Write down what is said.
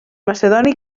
macedoni